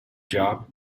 job